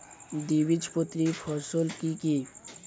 দ্বিবীজপত্রী ফসল কি কি?